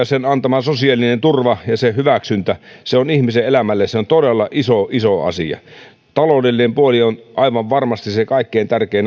sen antama sosiaalinen turva ja hyväksyntä on ihmisen elämälle todella iso iso asia taloudellinen puoli on aivan varmasti kaikkein tärkein